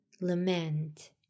lament